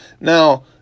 Now